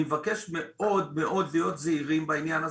אני מבקש מאוד מאוד להיות זהירים בעניין הזה,